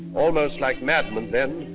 almost like madmen then,